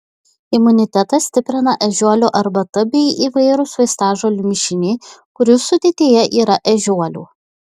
imunitetą stiprina ežiuolių arbata bei įvairūs vaistažolių mišiniai kurių sudėtyje yra ežiuolių